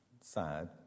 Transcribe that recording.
sad